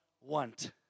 want